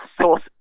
source